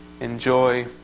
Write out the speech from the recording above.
enjoy